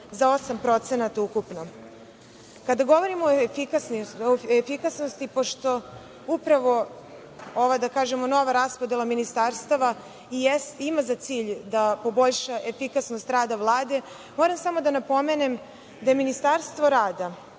za 8% ukupno. Kada govorimo o efikasnosti, pošto upravo ova nova raspodela ministarstava ima za cilj da poboljša efikasnost rada Vlade, moram samo da napomenem da je Ministarstvo rada,